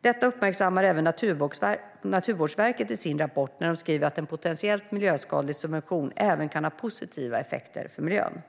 Detta uppmärksammar även Naturvårdsverket i sin rapport när de skriver att en potentiellt miljöskadlig subvention även kan ha positiva effekter för miljön.